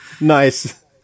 nice